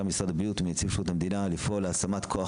משרד הבריאות ומנציב שירות המדינה לפעול להשמת כוח